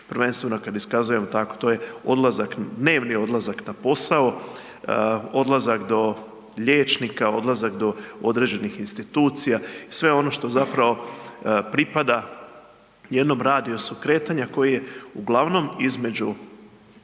prvenstveno kad iskazujem tako, to je odlazak, dnevni odlazak na posao, odlazak do liječnika, odlazak do određenih institucija i sve ono što zapravo pripada jednom radijusu kretanja koji je uglavnom između